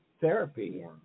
therapy